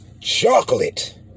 chocolate